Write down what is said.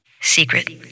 secret